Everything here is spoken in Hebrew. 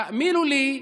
תאמינו לי,